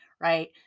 Right